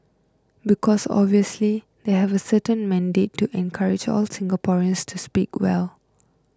because obviously they have a certain mandate to encourage all Singaporeans to speak well